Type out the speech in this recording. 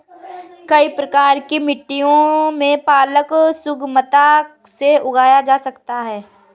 कई प्रकार की मिट्टियों में पालक सुगमता से उगाया जा सकता है